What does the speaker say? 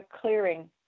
clearing